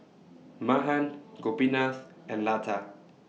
Mahan Gopinath and Lata